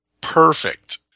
perfect